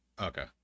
okay